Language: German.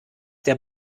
der